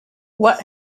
what